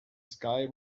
sky